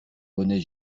bonnets